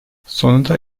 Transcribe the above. sonunda